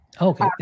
Okay